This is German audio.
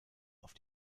auf